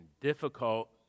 difficult